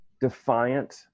Defiant